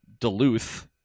duluth